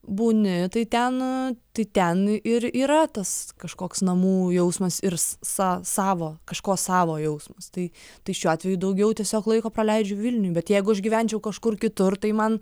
būni tai ten tai ten ir yra tas kažkoks namų jausmas ir s sa savo kažko savo jausmas tai tai šiuo atveju daugiau tiesiog laiko praleidžiu vilniuj bet jeigu aš gyvenčiau kažkur kitur tai man